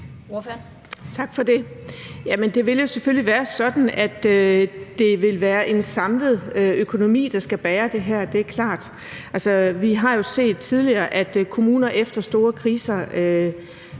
det vil jo selvfølgelig være sådan, at det vil være en samlet økonomi, der skal bære det her. Det er klart. Altså, vi har jo set tidligere, at kommuner efter store kriser